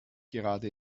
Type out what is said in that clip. gerade